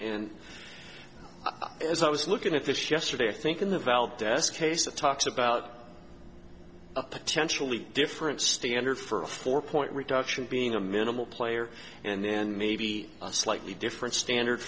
and as i was looking at this yesterday i think in the valdez case it talks about a potentially different standard for a four point reduction being a minimal player and maybe a slightly different standard